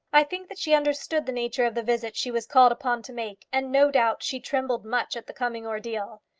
i think that she understood the nature of the visit she was called upon to make, and no doubt she trembled much at the coming ordeal.